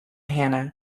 hannah